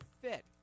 Fit